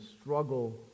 struggle